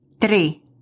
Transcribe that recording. Three